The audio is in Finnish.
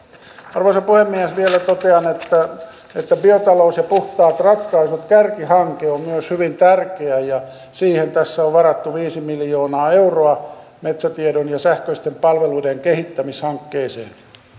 arvoisa puhemies vielä totean että että biotalous ja puhtaat ratkaisut kärkihanke on myös hyvin tärkeä ja siihen tässä on varattu viisi miljoonaa euroa metsätiedon ja sähköisten palveluiden kehittämishankkeeseen